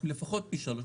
----- לפחות פי שלושה.